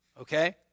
Okay